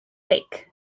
thick